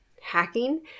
hacking